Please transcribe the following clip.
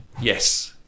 yes